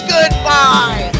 Goodbye